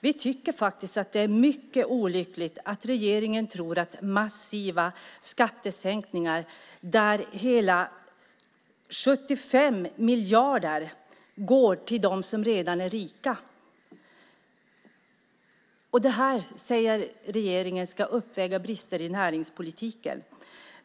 Vi tycker faktiskt att det är mycket olyckligt att regeringen tror att massiva skattesänkningar, där hela 75 miljarder går till dem som redan är rika, ska uppväga brister i näringspolitiken.